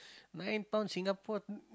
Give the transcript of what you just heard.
nine pounds Singapore